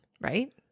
right